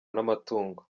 n’amatungo